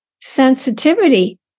sensitivity